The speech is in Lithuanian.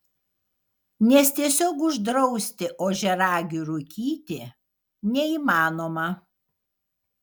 nes tiesiog uždrausti ožiaragiui rūkyti neįmanoma